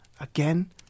again